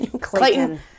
Clayton